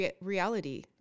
reality